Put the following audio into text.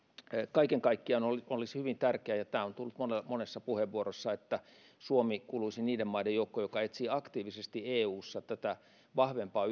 kaiken kaikkiaan olisi hyvin tärkeää ja tämä on tullut monessa puheenvuorossakin että suomi kuuluisi niiden maiden joukkoon jotka etsivät aktiivisesti eussa tätä vahvempaa